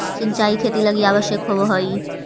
सिंचाई खेती लगी आवश्यक होवऽ हइ